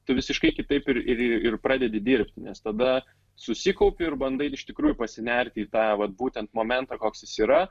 tu visiškai kitaip ir ir ir pradedi dirbt nes tada susikaupiu ir bandai iš tikrųjų pasinerti į tą vat būtent momentą koks jis yra